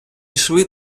йшли